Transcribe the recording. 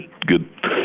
good